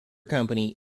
company